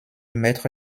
maitre